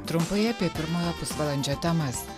trumpai apie pirmojo pusvalandžio temas